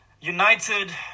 United